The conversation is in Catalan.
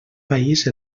país